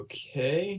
Okay